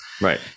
Right